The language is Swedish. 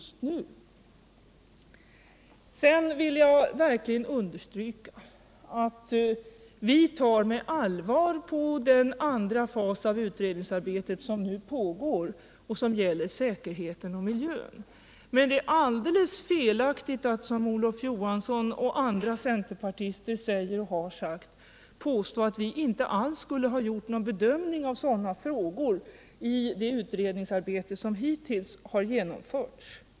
Sedan vill jag verkligen understryka att vi tar med allvar på den andra fas i utredningsarbetet som nu pågår och som gäller säkerheten och miljön. Men det är alldeles felaktigt att som Olof Johansson och andra centerpartister gör och har gjort — påstå att vi inte alls skulle ha gjort någon bedömning av sådana frågor i det utredningsarbete som hittills har genomförts.